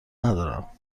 ندارم